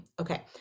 okay